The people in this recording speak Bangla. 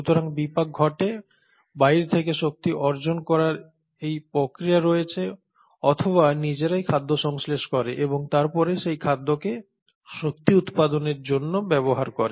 সুতরাং বিপাক ঘটে বাইর থেকে শক্তি অর্জন করার একটি প্রক্রিয়া রয়েছে অথবা নিজেরাই খাদ্য সংশ্লেষ করে এবং তারপরে সেই খাদ্যকে শক্তি উৎপাদনের জন্য ব্যবহার করে